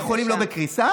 בתי החולים לא בקריסה?